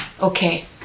Okay